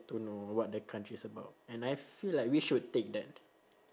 to know what the country is about and I feel like we should take that